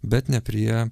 bet ne prie